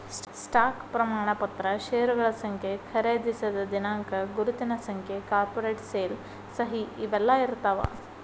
stock ಪ್ರಮಾಣ ಪತ್ರ ಷೇರಗಳ ಸಂಖ್ಯೆ ಖರೇದಿಸಿದ ದಿನಾಂಕ ಗುರುತಿನ ಸಂಖ್ಯೆ ಕಾರ್ಪೊರೇಟ್ ಸೇಲ್ ಸಹಿ ಇವೆಲ್ಲಾ ಇರ್ತಾವ